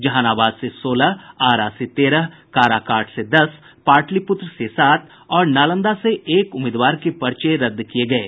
जहानाबाद से सोलह आरा से तेरह काराकाट से दस पाटलिपुत्र से सात और नालंदा से एक उम्मीदवार के पर्चे रद्द किये गये